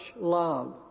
love